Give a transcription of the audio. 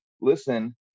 listen